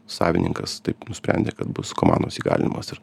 savininkas taip nusprendė kad bus komandos įgalinimas ir